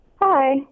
Hi